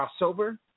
crossover